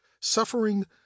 suffering